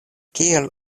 kiel